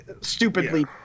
stupidly